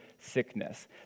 sickness